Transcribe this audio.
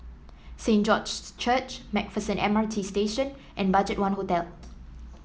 Saint George's Church MacPherson M R T Station and BudgetOne Hotel